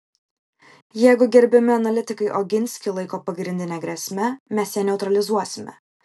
jeigu gerbiami analitikai oginskį laiko pagrindine grėsme mes ją neutralizuosime